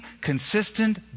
consistent